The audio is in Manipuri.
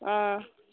ꯑꯥ